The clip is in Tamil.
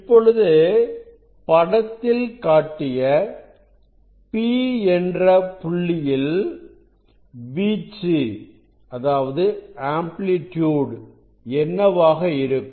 இப்பொழுது படத்தில் காட்டிய P என்ற புள்ளியில் வீச்சு என்னவாக இருக்கும்